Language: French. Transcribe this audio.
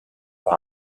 par